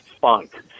funk